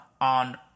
on